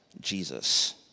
Jesus